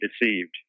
deceived